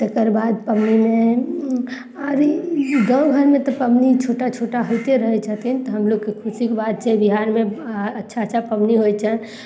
तकर बाद पबनीमे अभी गाँव घरमे तऽ पबनी छोटा छोटा होइते रहय छथिन तऽ हमलोगके खुशीके बात छै बिहारमे आओर अच्छा अच्छा पबनी होइ छनि